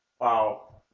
Wow